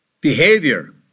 Behavior